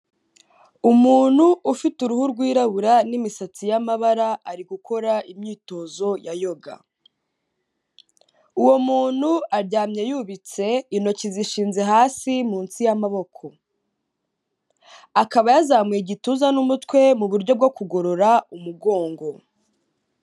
Umuntu ufite uruhu rwirabura n'imisatsi yamabara ari gukora imyitozo ya yoga, uwo muntu aryamye yubitse, intoki zishinze hasi munsi y'amaboko, akaba yazamuye igituza n'umutwe mu buryo bwo kugorora umugongo.